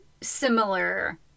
similar